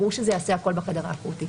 ברור שהכול ייעשה בחדר האקוטי.